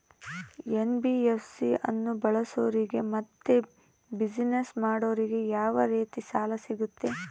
NBFC ಅನ್ನು ಬಳಸೋರಿಗೆ ಮತ್ತೆ ಬಿಸಿನೆಸ್ ಮಾಡೋರಿಗೆ ಯಾವ ರೇತಿ ಸಾಲ ಸಿಗುತ್ತೆ?